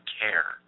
care